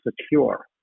secure